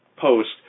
post